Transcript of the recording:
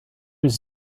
his